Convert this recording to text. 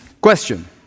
Question